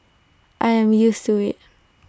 I am used to IT